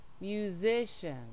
musician